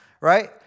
Right